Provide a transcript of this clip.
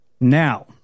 Now